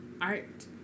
art